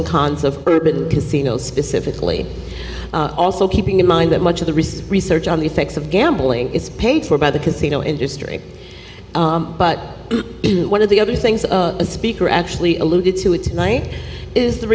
and cons of urban casinos specifically also keeping in mind that much of the recent research on the effects of gambling is paid for by the casino industry but one of the other things of a speaker actually alluded to it tonight is the